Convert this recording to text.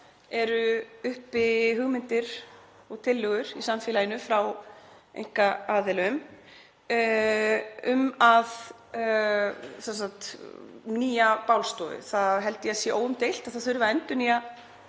eru uppi hugmyndir og tillögur í samfélaginu frá einkaaðilum um nýja bálstofu. Ég held að það sé óumdeilt að það þurfi að endurnýja